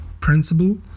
principle